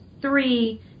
three